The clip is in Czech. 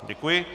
Děkuji.